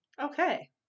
Okay